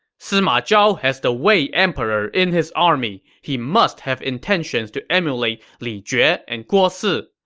sima zhao has the wei emperor in his army he must have intentions to emulate li jue yeah and guo si.